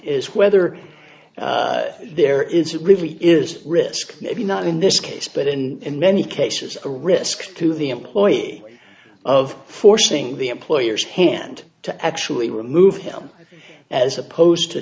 is whether there is really is a risk maybe not in this case but in many cases a risk to the employee of forcing the employers hand to actually remove him as opposed to